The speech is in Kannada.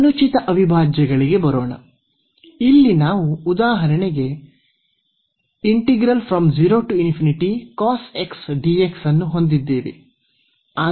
ಅನುಚಿತ ಅವಿಭಾಜ್ಯಗಳಿಗೆ ಬರೋಣ ಇಲ್ಲಿ ನಾವು ಉದಾಹರಣೆಗೆ ಅನ್ನು ಹೊಂದಿದ್ದೇವೆ